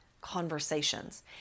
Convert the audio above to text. conversations